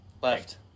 left